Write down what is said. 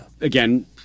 again